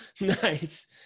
Nice